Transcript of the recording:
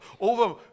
over